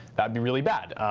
that'd be really bad.